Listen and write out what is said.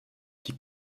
die